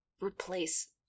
replace